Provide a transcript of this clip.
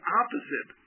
opposite